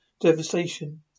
devastation